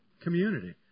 community